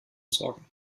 sorgen